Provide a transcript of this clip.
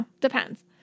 depends